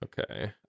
Okay